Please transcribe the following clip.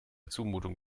zumutung